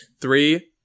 Three